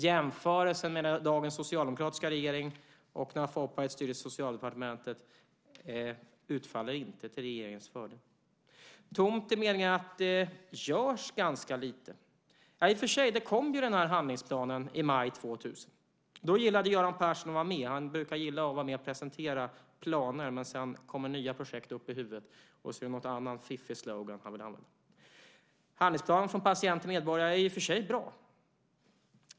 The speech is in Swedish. Jämförelsen med dagens socialdemokratiska regering och när Folkpartiet styrde Socialdepartementet utfaller inte till regeringens fördel. Det är tomt i meningen att det görs ganska lite. I och för sig kom handlingsplanen i maj 2000. Då gillade Göran Persson att vara med. Han brukar gilla att vara med och presentera planer, men sedan kommer nya projekt upp i huvudet med någon annan fiffig slogan. Handlingsplanen Från patient till medborgare är i och för sig bra.